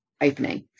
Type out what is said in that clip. opening